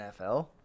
NFL